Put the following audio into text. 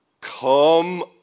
come